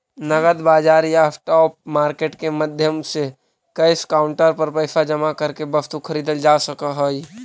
नगद बाजार या स्पॉट मार्केट के माध्यम से कैश काउंटर पर पैसा जमा करके वस्तु खरीदल जा सकऽ हइ